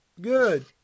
good